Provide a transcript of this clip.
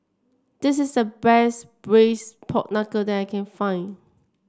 this is the best Braised Pork Knuckle that I can find